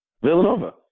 Villanova